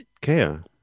care